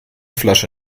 flasche